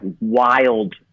wild